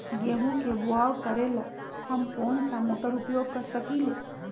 गेंहू के बाओ करेला हम कौन सा मोटर उपयोग कर सकींले?